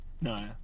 No